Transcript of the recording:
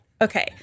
Okay